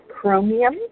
chromium